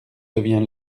devint